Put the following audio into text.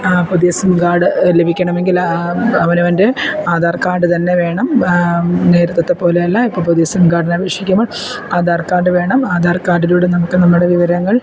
പുതിയ SIM card ലഭിക്കണമെങ്കിൽ അവനവൻ്റെ ആധാർ കാഡ് തന്നെ വേണം നേരത്തത്തെപ്പോലെയല്ല ഇപ്പം പുതിയ സിം കാഡിനപേക്ഷിക്കുമ്പോൾ ആധാർ കാഡ് വേണം ആധാർ കാഡിലൂടെ നമുക്ക് നമ്മുടെ വിവരങ്ങൾ